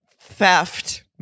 theft